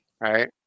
right